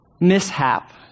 mishap